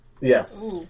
Yes